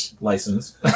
license